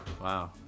Wow